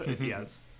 Yes